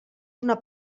una